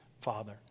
Father